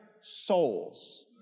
souls